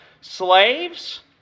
slaves